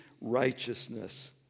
righteousness